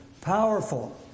powerful